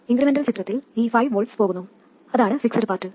incremental ചിത്രത്തിൽ ഈ 5 V പോകുന്നു അതാണ് ഫിക്സ്ഡ് പാർട്ട്